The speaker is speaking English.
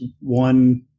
one